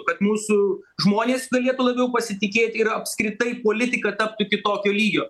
kad mūsų žmonės galėtų labiau pasitikėti ir apskritai politika taptų kitokio lygio